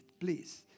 please